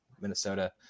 Minnesota